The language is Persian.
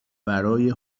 برای